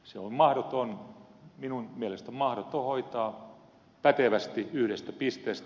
se on minun mielestäni mahdoton hoitaa pätevästi yhdestä pisteestä